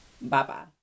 Bye-bye